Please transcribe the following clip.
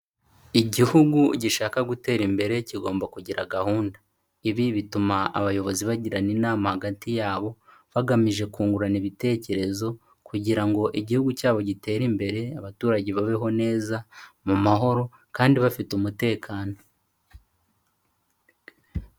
Igihugu gishaka gutera imbere, kigomba kugira gahunda. Ibi bituma abayobozi bagirana inama hagati yabo, bagamije kungurana ibitekerezo kugira ngo igihugu cyabo gitere imbere, abaturage babeho neza, mu mahoro kandi bafite umutekano.